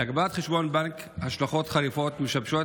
להגבלת חשבון בנק יש השלכות חריפות המשבשות